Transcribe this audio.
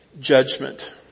judgment